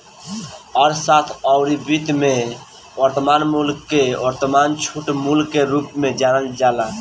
अर्थशास्त्र अउरी वित्त में वर्तमान मूल्य के वर्तमान छूट मूल्य के रूप में जानल जाला